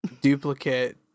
duplicate